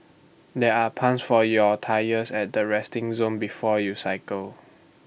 there are pumps for your tyres at the resting zone before you cycle